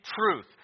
truth